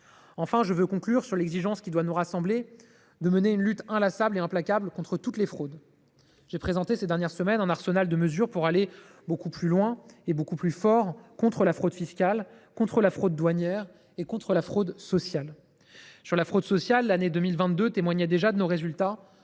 Enfin, je veux conclure sur l’exigence qui doit nous rassembler de mener une lutte inlassable et implacable contre toutes les fraudes. J’ai présenté ces dernières semaines un arsenal de mesures pour aller beaucoup plus loin et beaucoup plus fort contre la fraude fiscale, contre la fraude douanière et contre la fraude sociale. Sur la fraude sociale, l’année 2022 témoignait déjà de nos résultats